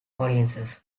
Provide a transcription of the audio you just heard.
audiences